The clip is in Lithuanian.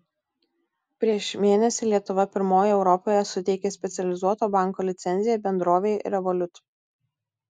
prieš mėnesį lietuva pirmoji europoje suteikė specializuoto banko licenciją bendrovei revolut